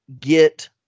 get